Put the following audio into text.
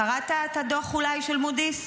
קראת את הדוח, אולי, של מודי'ס?